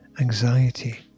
anxiety